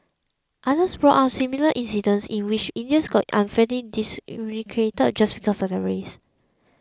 others brought up similar incidents in which Indians got unfairly discriminated just because of their race